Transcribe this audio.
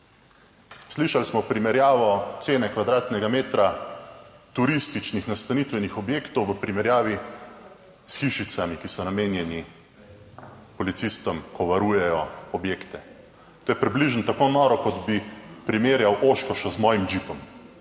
Slišali smo primerjavo cene kvadratnega metra turističnih nastanitvenih objektov v primerjavi s hišicami, ki so namenjeni policistom, ko varujejo objekte. To je približno tako noro, kot bi primerjal Oshkosha z mojim džipom,